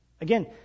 Again